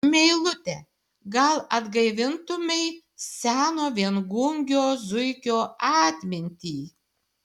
meilute gal atgaivintumei seno viengungio zuikio atmintį